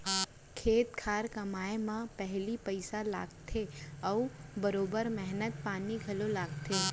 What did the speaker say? खेत खार कमाए म पहिली पइसा लागथे अउ बरोबर मेहनत पानी घलौ लागथे